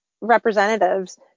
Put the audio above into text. representatives